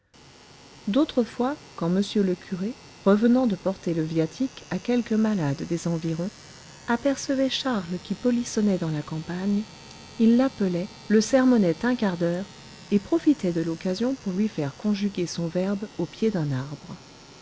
fois quand m le curé revenant de porter le viatique à quelque malade des environs apercevait charles qui polissonnait dans la campagne il l'appelait le sermonnait un quart d'heure et profitait de l'occasion pour lui faire conjuguer son verbe au pied d'un arbre